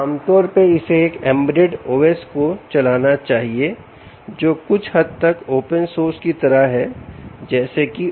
आमतौर पर इसे एक embedded OS को चलाना चाहिए जो कुछ हद तक open source की तरह हो जैसे कि ubuntu